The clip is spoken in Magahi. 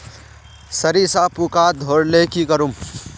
सरिसा पूका धोर ले की करूम?